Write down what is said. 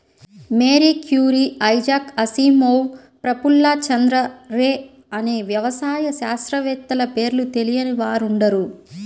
Mary Curie, Isaac Asimov, Prafulla Chandra Ray అనే వ్యవసాయ శాస్త్రవేత్తల పేర్లు తెలియని వారుండరు